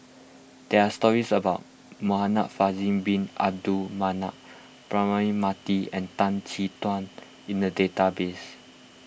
there are stories about Muhamad Faisal Bin Abdul Manap Braema Mathi and Tan Chin Tuan in the database